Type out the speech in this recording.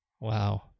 wow